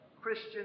Christian